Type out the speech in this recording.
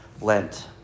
Lent